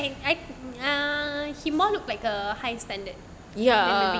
himan looked like a high standard in the rich kids